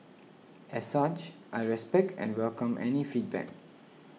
as such I respect and welcome any feedback